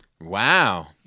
Wow